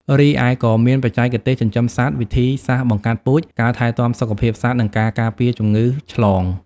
រីឯក៏មានបច្ចេកទេសចិញ្ចឹមសត្វ វិធីសាស្ត្របង្កាត់ពូជ ការថែទាំសុខភាពសត្វ និងការការពារជំងឺឆ្លង។